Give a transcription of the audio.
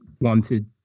wanted